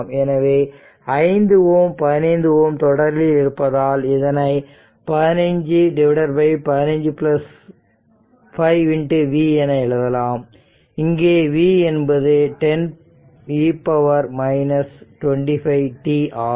எனவே 5Ω 15Ω தொடரில் இருப்பதால் இதனை 1515 5 v என எழுதலாம் இங்கே v என்பது 10e 25t ஆகும்